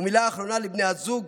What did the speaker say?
ומילה אחרונה לבני הזוג